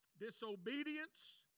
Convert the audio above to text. disobedience